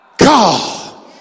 God